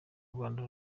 rwanda